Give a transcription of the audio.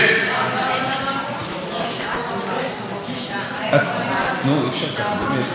ובכן, נו, אי-אפשר ככה, באמת.